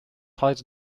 hide